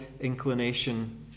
inclination